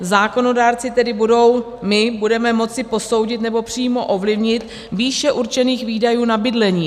Zákonodárci tedy budou my budeme moci posoudit, nebo přímo ovlivnit výše určených výdajů na bydlení.